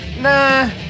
nah